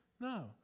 No